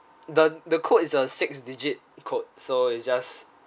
the the code is a six digit code so it's just